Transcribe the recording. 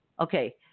okay